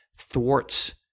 thwarts